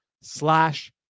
slash